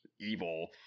evil